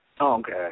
Okay